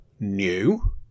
New